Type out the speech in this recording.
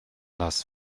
das